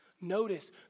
Notice